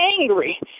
angry